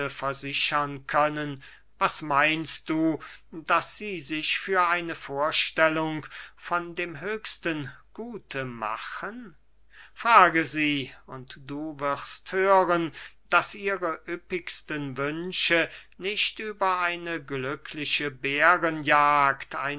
versichern können was meinst du daß sie sich für eine vorstellung von dem höchsten gute machen frage sie und du wirst hören daß ihre üppigsten wünsche nicht über eine glückliche